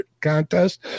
contest